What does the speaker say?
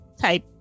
type